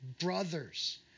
brothers